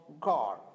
God